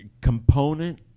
component